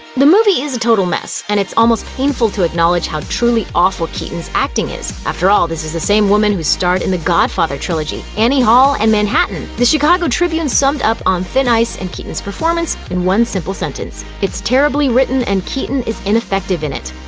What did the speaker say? the movie is a total mess, and it's almost painful to acknowledge how truly awful keaton's acting is. after all, this is the same woman who starred in the godfather trilogy, annie hall and manhattan. the chicago tribune summed up on thin ice, and keaton's performance, in one simple sentence it's terribly written and keaton is ineffective in it.